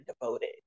devoted